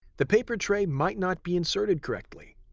the paper tray might not be inserted correctly.